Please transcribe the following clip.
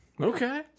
Okay